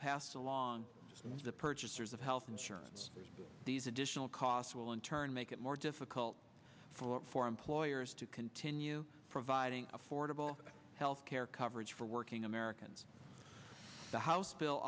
pass along to the purchasers of health insurance these additional costs will in turn make it more difficult for for employers to continue providing affordable health care coverage for working americans the ho